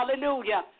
Hallelujah